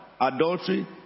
adultery